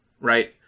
right